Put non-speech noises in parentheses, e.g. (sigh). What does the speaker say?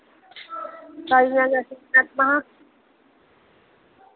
(unintelligible)